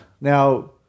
Now